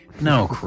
No